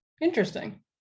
Interesting